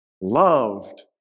loved